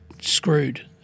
screwed